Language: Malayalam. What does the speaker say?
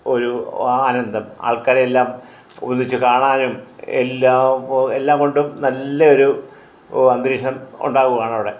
ഒരു ആനന്ദം ആൾക്കാരെ എല്ലാം ഒന്നിച്ച് കാണാനും എല്ലാം എല്ലാം കൊണ്ടും നല്ലൊരു അന്തരീക്ഷം ഉണ്ടാവുകയാണവിടെ